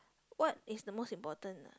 what is the most important